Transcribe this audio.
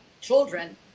children